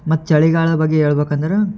ಮತ್ತು ಚಳಿಗಾಲ ಬಗ್ಗೆ ಹೇಳ್ಬೇಕಂದ್ರ